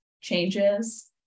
changes